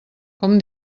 com